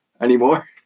anymore